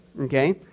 Okay